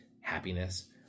Happiness